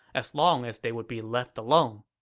as long as they would be left alone.